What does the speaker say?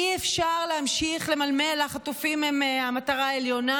אי-אפשר להמשיך למלמל: החטופים הם המטרה העליונה,